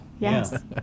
Yes